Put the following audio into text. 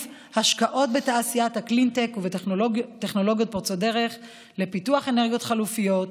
השקעות בתעשיית הקלינטק ובטכנולוגיות פורצות דרך לפיתוח אנרגיות חלופיות.